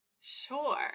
Sure